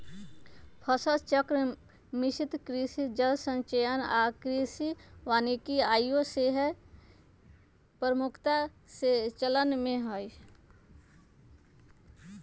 फसल चक्र, मिश्रित कृषि, जल संचयन आऽ कृषि वानिकी आइयो सेहय प्रमुखता से चलन में हइ